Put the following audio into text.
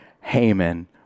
Haman